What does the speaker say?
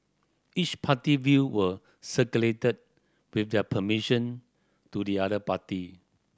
each party view were circulated with their permission to the other party